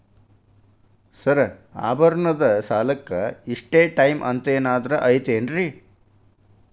Sir ಆಭರಣದ ಸಾಲಕ್ಕೆ ಇಷ್ಟೇ ಟೈಮ್ ಅಂತೆನಾದ್ರಿ ಐತೇನ್ರೇ?